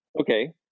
Okay